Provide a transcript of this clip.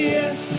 yes